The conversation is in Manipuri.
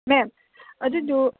ꯃꯦꯝ ꯑꯗꯨꯗꯨ